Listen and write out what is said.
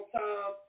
time